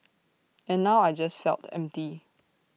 and now I just felt empty